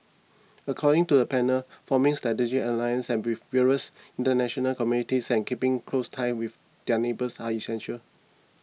according to the panel forming strategic alliances have with various international communities and keeping close ties with their neighbours are essential